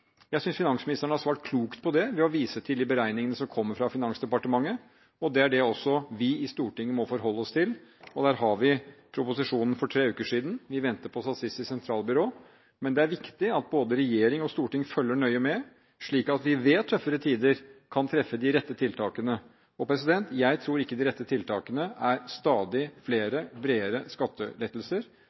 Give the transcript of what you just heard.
Jeg synes finansministeren har svart klokt på det ved å vise til de beregningene som kommer fra Finansdepartementet, og det er også det vi i Stortinget også må forholde oss til. Her har vi proposisjonen vi fikk for tre uker siden, vi venter på Statistisk sentralbyrå, men det er viktig at både regjering og storting følger nøye med, slik at vi ved tøffere tider kan treffe de rette tiltakene. Jeg tror ikke de rette tiltakene er stadig flere og bredere skattelettelser,